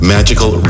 Magical